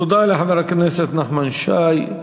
תודה לחבר הכנסת נחמן שי.